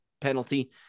penalty